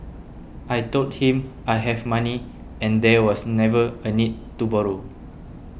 I told him I have money and there was never a need to borrow